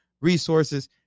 resources